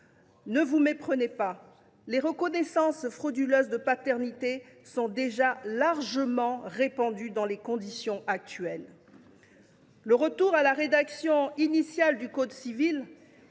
Ne vous méprenez pas, les reconnaissances frauduleuses de paternité sont déjà largement répandues dans les circonstances actuelles. Le retour à la rédaction initiale du code civil